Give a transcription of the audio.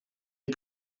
est